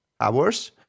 hours